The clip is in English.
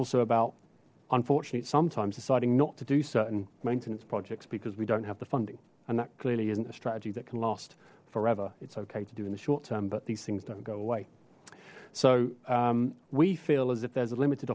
also about unfortunately sometimes deciding not to do certain maintenance projects because we don't have the funding and that clearly isn't a strategy that can last forever it's okay to do in the short term but these things don't go away so we feel as if there's a limited